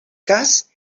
cas